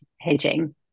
hedging